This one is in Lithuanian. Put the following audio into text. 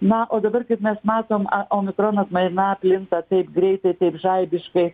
na o dabar kaip mes matom omikrono atmaina plinta taip greitai taip žaibiškai